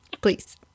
please